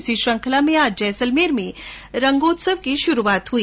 इसी श्रंखला में आज जैसलमेर में भी रांगोत्सव की श्रूआत हई